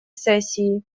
сессии